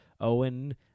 Owen